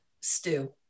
stew